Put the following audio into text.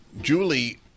Julie